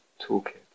toolkit